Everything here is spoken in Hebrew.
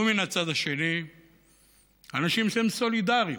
ומן הצד השני אנשים שהם סולידריים,